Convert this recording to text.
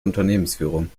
unternehmensführung